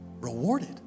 rewarded